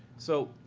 so,